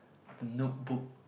Notebook